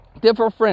different